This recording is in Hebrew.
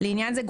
לעניין זה,